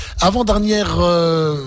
avant-dernière